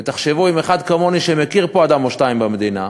ותחשבו, אם אחד כמוני, שמכיר אדם או שניים במדינה,